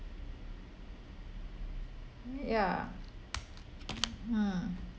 ya mm